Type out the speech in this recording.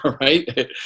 right